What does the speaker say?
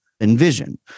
Envision